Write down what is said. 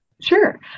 Sure